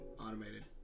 automated